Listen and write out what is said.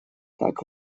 так